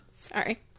Sorry